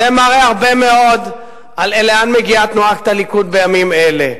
זה מראה הרבה מאוד לאן מגיעה תנועת הליכוד בימים אלה.